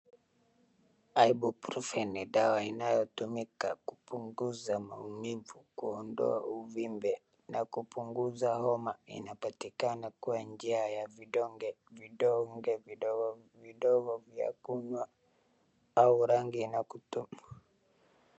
Ibuprofein ni dawa inatumika kupunguza maumivu, kuondoa uvimbe na kupunguza homa. Inapatikana kwa njia ya vidonge, vidonge vidogo vya kunywa aa rangi na.